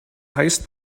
highest